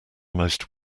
most